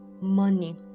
money